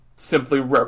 Simply